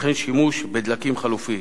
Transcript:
וכן שימוש בדלקים חלופיים.